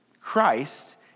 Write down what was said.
Christ